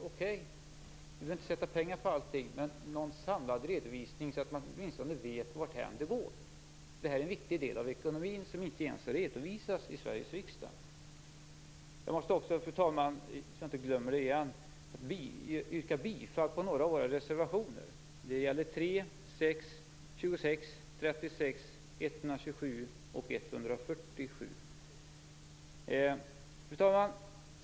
Man behöver inte sätta pengar på allt. Men det borde finnas en samlad redovisning så att man åtminstone vet varthän det går. Det här är en viktig del av ekonomin som inte ens redovisas i Sveriges riksdag. Jag måste också, fru talman, så att jag inte glömmer det igen, yrka bifall till några av våra reservationer. Det gäller reservationerna 3, 6, 26, 36, 127 och Fru talman!